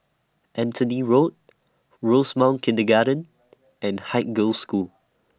Anthony Road Rosemount Kindergarten and Haig Girls' School